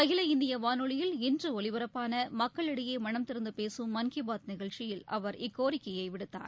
அகில இந்திய வானொலியில் இன்று ஒலிபரப்பான மக்களிடையே மனந்திறந்து பேசும் மன் கி பாத் நிகழ்ச்சியில் அவர் இக்கோரிக்கையை விடுத்தார்